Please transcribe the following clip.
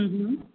હમ